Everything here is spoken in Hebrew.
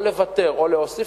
או לוותר או להוסיף,